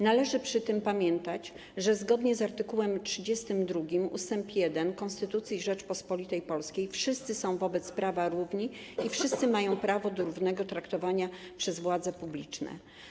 Należy przy tym pamiętać, że zgodnie z art. 32 ust. 1 Konstytucji Rzeczypospolitej Polskiej wszyscy są wobec prawa równi i wszyscy mają prawo do równego traktowania przez władze publiczne.